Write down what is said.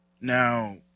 Now